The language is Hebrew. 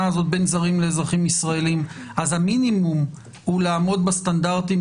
הזאת בין זרים לאזרחים ישראלים אז המינימום הוא לעמוד בסטנדרטים?